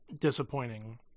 disappointing